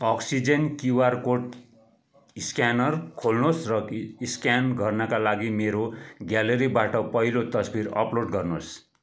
oxygen QR code scanner खोल्नुहोस् र scan गर्नाका लागि मेरो ग्यालेरीबाट पहिलो तस्विर अपलोड गर्नुहोस्